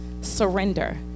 surrender